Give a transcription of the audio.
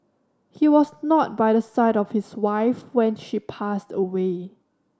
he was not by the side of his wife when she passed away